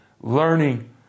Learning